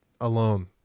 alone